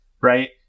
right